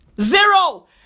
Zero